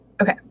Okay